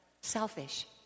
selfish